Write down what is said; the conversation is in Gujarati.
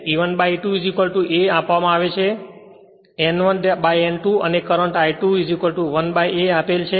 E1 E2 a આપવામાં આવે છે N1 N2 અને કરંટ 2 1 a આપેલ છે